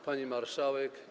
Pani Marszałek!